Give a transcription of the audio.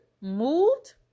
moved